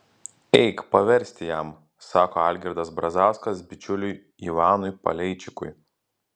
eik paversti jam sako algirdas brazauskas bičiuliui ivanui paleičikui